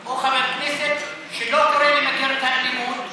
או חבר כנסת שלא קורא למגר את האלימות?